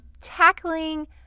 tackling